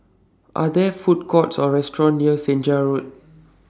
Are There Food Courts Or restaurants near Senja Road